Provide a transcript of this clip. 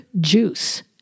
juice